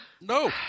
no